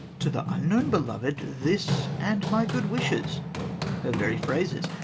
to the unknown beloved, this, and my good wishes her very phrases!